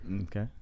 Okay